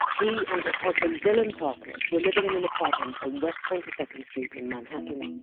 he and his husband dylan parker were living in an apartment on west twenty second st in manhattan.